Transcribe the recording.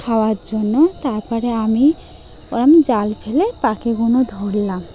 খাওয়ার জন্য তারপরে আমি ওর জাল ফেলে পাখিগুলো ধরলাম